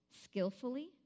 skillfully